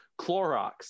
Clorox